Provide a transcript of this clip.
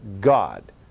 God